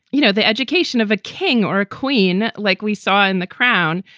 you know, the education of a king or a queen. like we saw in the crown.